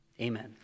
amen